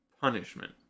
punishment